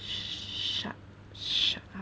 shut shut up